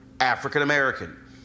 African-American